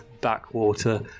backwater